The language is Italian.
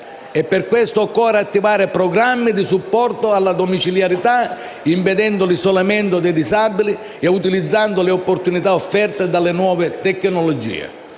Per questo, occorre attivare programmi di supporto alla domiciliarità, impedendo l'isolamento dei disabili e utilizzando le opportunità offerte dalle nuove tecnologie.